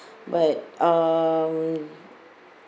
but um